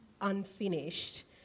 unfinished